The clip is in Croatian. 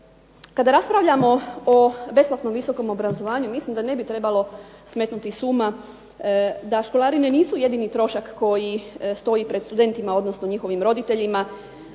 kada raspravljamo o besplatnom visokom obrazovanju mislim da ne bi trebalo smetnuti s uma da školarine nisu jedini trošak koji stoji pred studentima odnosno njihovim roditeljima.